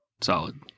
Solid